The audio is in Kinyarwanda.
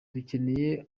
dukeneye